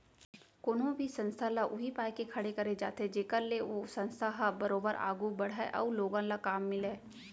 कोनो भी संस्था ल उही पाय के खड़े करे जाथे जेखर ले ओ संस्था ह बरोबर आघू बड़हय अउ लोगन ल काम मिलय